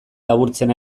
laburtzen